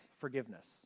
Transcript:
forgiveness